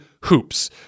HOOPS